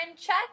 check